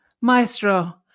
Maestro